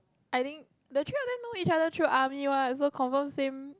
I think the three of them know each other through army one so confirm same